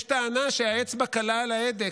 יש טענה שהאצבע קלה על ההדק,